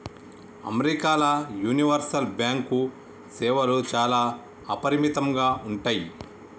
అమెరికాల universal bank సేవలు చాలా అపరిమితంగా ఉంటయ్